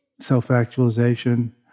self-actualization